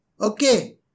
Okay